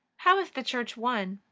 how is the church one?